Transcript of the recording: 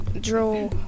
Draw